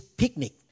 picnic